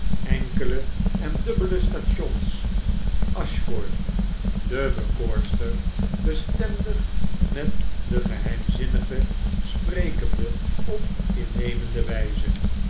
enkele en dubbele stations ashford de bekoorster bestendig met de geheimzinnige sprekende op innemende wpe